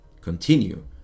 Continue